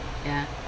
ya